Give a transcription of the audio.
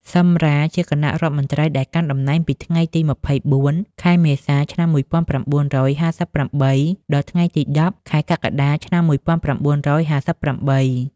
ស៊ឹម រ៉ា ជាគណៈរដ្ឋមន្ត្រីដែលកាន់តំណែងពីថ្ងៃទី ២៤ ខែមេសា ឆ្នាំ១៩៥៨ ដល់ថ្ងៃទី ១០ ខែកក្កដា ឆ្នាំ១៩៥៨។